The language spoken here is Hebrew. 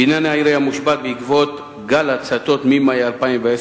בניין העירייה מושבת בעקבות גל ההצתות ממאי 2010,